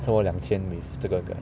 so 我两千 with 这个 guy